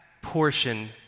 portion